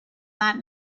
that